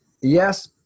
Yes